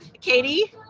Katie